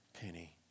penny